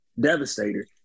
devastator